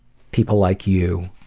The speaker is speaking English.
people like you